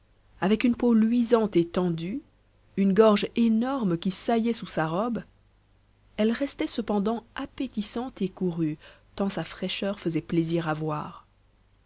avec une peau luisante et tendue une gorge énorme qui saillait sous sa robe elle restait cependant appétissante et courue tant sa fraîcheur faisait plaisir à voir